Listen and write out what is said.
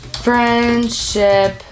friendship